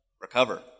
recover